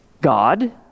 God